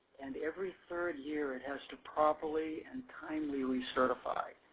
and every third year, it has to properly and timely recertify.